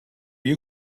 you